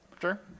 Sure